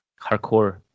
hardcore